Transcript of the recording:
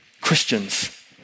Christians